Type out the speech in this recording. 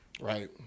Right